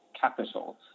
capital